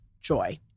joy